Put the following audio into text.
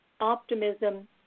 optimism